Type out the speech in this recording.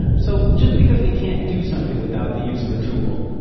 so just because we can't do something without the use of a tool,